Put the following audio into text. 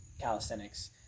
calisthenics